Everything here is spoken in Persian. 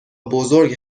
بزرگ